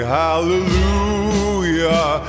hallelujah